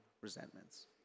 resentments